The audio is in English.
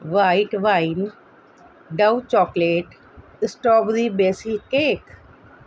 white wine dove chocolate strawberry basil cake